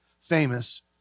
famous